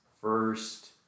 first